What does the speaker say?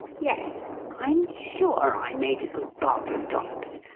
yes, i'm sure i made a good bargain, dollops,